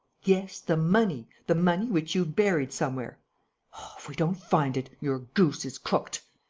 yes, the money! the money which you've buried somewhere. oh, if we don't find it, your goose is cooked.